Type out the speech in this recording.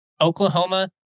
Oklahoma